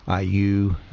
IU